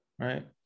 Right